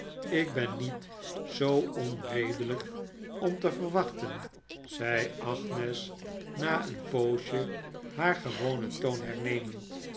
ik ben niet zoo onredelijk om te verwachten zei agnes na een poosje haar gewonen toon hernemend